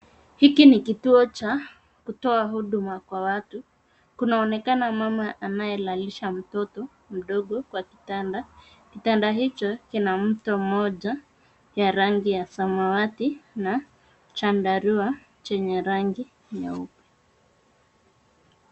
Hiki ni kituo cha kutoa huduma kwa watu. Kunaonekana mama anayelalisha mtoto mdogo kwa kitanda. Kitanda hicho kina mto mmoja ya rangi ya samawati na chandarua chenye rangi nyeupe.